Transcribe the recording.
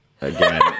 again